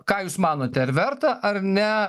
ką jūs manote ar verta ar ne